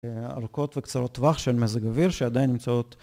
ארוכות וקצרות טווח של מזג אוויר שעדיין נמצאות